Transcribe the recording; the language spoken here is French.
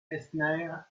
eisner